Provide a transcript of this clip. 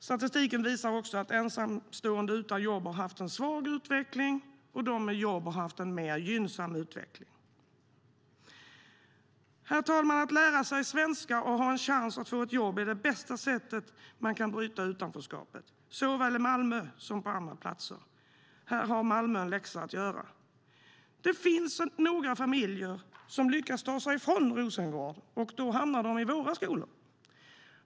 Statistiken visar också att ensamstående utan jobb har haft en svag utveckling och att de med jobb har haft en mer gynnsam utveckling. Herr talman! Att lära sig svenska och ha en chans att få ett jobb är det bästa sättet att bryta utanförskapet, såväl i Malmö som på andra platser. Här har Malmö en läxa att göra. Det finns några familjer som lyckas ta sig ifrån Rosengård, och då hamnar de i våra skolor.